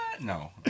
No